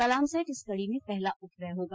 कलामसैट इस कड़ी में पहला उपग्रह होगा